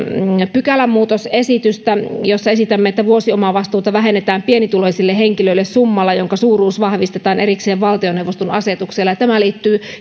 pykälämuutosesitystä jossa esitämme että vuosiomavastuuta vähennetään pienituloisille henkilöille summalla jonka suuruus vahvistetaan erikseen valtioneuvoston asetuksella tämä liittyy